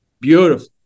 Beautiful